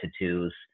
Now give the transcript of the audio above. tattoos